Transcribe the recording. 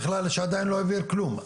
שבכלל הוא עדיין לא העביר כלום.